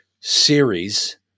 series